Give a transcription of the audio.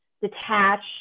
detached